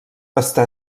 està